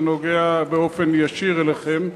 זה נוגע באופן ישיר אליכם.